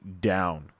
down